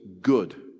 good